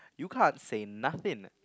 you can't say nothing